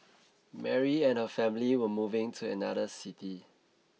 Mary and her family were moving to another city